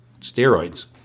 steroids